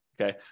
Okay